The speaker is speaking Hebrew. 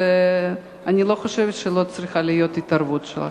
אני לא חושבת שלא צריכה להיות התערבות שלכם.